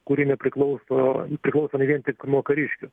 kuri nepriklauso priklauso ne vien tik nuo kariškių